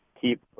keep